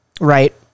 right